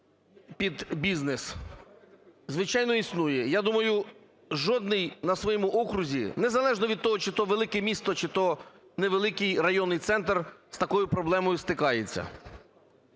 під бізнес? Звичайно, існує. Я думаю жодний на своєму окрузі, не залежно від того, чи то велике місто, чи то невеликий районний центр, з такою проблемою стикається.